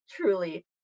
Truly